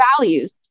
values